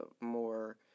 more